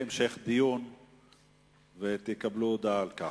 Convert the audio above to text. יהיה המשך הדיון ותקבלו הודעה על כך.